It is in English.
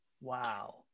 Wow